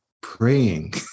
praying